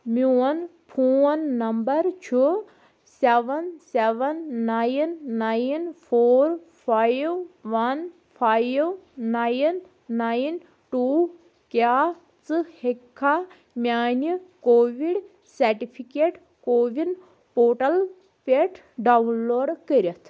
میٛون phone number چھُ seven seven nine nine four five one five nine nine two کیٛاہ ژٕ ہیٚکِکھا میٛانہِ کووِڈ سرٹیفکیٹ کووِن پورٹل پٮ۪ٹھ ڈاؤن لوڈ کٔرِتھ